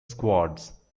squads